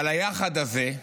אבל היחד הזה,